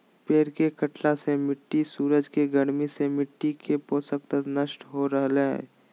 पेड़ के कटला से मिट्टी सूरज के गर्मी से मिट्टी के पोषक तत्व नष्ट हो रहल हई